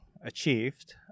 achieved